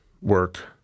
work